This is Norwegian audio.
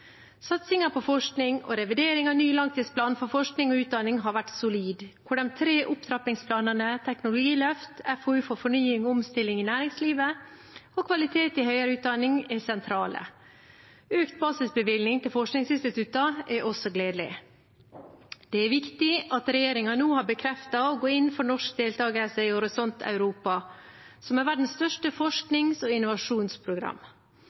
på forskning og revidering av ny langtidsplan for forskning og utdanning har vært solid. De tre opptrappingsplanene for teknologiløft, FoU for fornying og omstilling i næringslivet og kvalitet i høyere utdanning er sentrale. Økt basisbevilgning til forskningsinstitutter er også gledelig. Det er viktig at regjeringen nå har bekreftet å gå inn for norsk deltakelse i Horisont Europa, som er verdens største